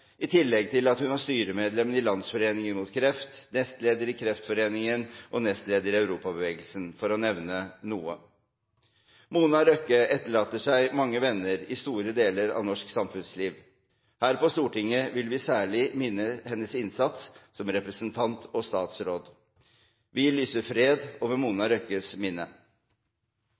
i tillegg til at hun var styremedlem i Landsforeningen mot Kreft, nestleder i Kreftforeningen og nestleder i Europabevegelsen, for å nevne noe. Mona Røkke etterlater seg mange venner i store deler av norsk samfunnsliv. Her på Stortinget vil vi særlig minnes hennes innsats som representant og statsråd. Vi lyser fred over Mona Røkkes minne.